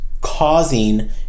causing